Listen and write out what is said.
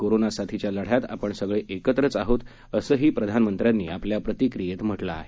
corona साथीच्या लढ्यात आपण सगळे एकत्रच आहोत असंही प्रधानमंत्र्यांनी आपल्या प्रतिक्रियेत म्हटलं आहे